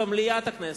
במליאת הכנסת,